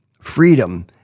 freedom